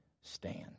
stand